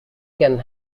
can